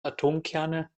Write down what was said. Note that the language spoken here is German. atomkerne